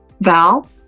Val